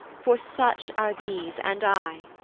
for such are these and i